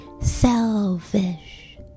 selfish